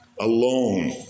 alone